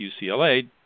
UCLA